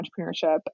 entrepreneurship